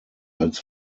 als